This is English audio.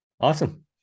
Awesome